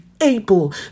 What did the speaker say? able